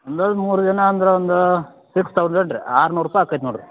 ಅಂದರೆ ಮೂರು ಜನ ಅಂದ್ರೆ ಒಂದು ಸಿಕ್ಸ್ ತೌಸಂಡ್ ರೀ ಆರ್ನೂರು ರೂಪಾಯಿ ಆಕೈತ್ ನೋಡಿರಿ